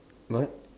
what